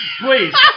Please